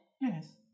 Yes